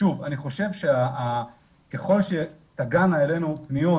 שוב, אני חושב שככל שתגענה אלינו פניות